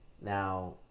now